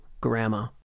Grandma